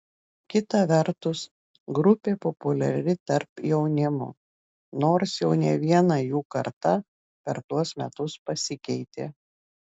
kita vertus grupė populiari tarp jaunimo nors jau ne viena jų karta per tuos metus pasikeitė